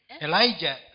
Elijah